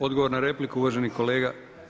Odgovor na repliku, uvaženi kolega.